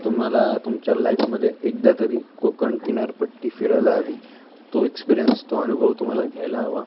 तुम्हाला तुमच्या लाईफमध्ये एकदा तरी कोकण किनारपट्टी फिरायला हवी तो एक्सपिरियन्स तो अनुभव तुम्हाला घ्यायला हवा